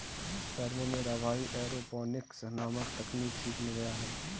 शहर में मेरा भाई एरोपोनिक्स नामक तकनीक सीखने गया है